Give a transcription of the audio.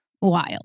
Wild